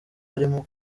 arimo